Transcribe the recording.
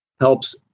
helps